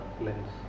lens